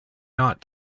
not